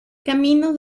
caminos